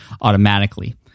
automatically